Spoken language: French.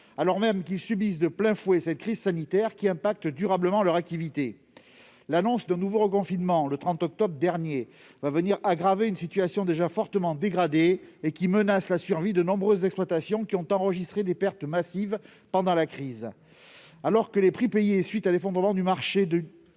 alors même qu'ils subissent de plein fouet cette crise sanitaire qui affecte durablement leur activité. L'annonce d'un nouveau reconfinement, le 30 octobre dernier, va venir aggraver encore une situation déjà fortement dégradée et qui menace la survie de nombreuses exploitations ayant enregistré des pertes massives pendant la crise. Alors que les prix payés à la suite de l'effondrement du marché ne couvrent